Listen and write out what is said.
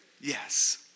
yes